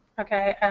okay?